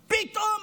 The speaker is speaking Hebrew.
ופתאום,